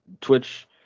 Twitch